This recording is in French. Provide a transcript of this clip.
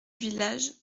village